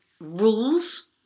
rules